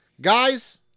Guys